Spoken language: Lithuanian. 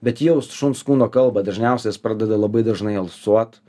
bet jaust šuns kūno kalbą dažniausia jis pradeda labai dažnai alsuot